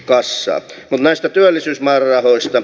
mutta näistä työllisyysmäärärahoista